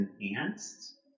enhanced